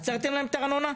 הצעתם להם ארנונה,